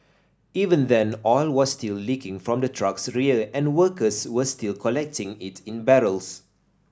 even then oil was still leaking from the truck's rear and workers were still collecting it in barrels